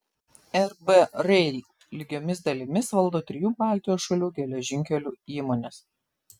rb rail lygiomis dalimis valdo trijų baltijos šalių geležinkelių įmonės